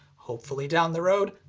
hopefully down the road,